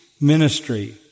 ministry